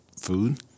food